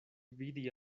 vidi